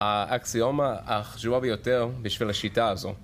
האקסיומה החשובה ביותר בשביל השיטה הזו.